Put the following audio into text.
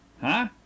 Huh